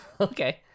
Okay